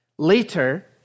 Later